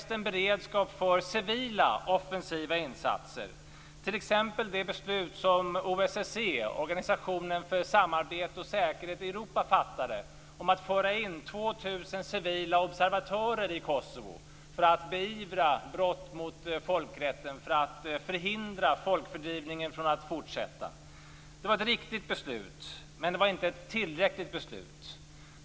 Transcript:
Det handlar t.ex. om det beslut som OSSE, Organisationen för samarbete och säkerhet i Europa, fattade om att föra in 2 000 civila observatörer i Kosovo för att beivra brott mot folkrätten och förhindra att folkfördrivningen fortsatte. Det var ett riktigt beslut, men det var inte tillräckligt.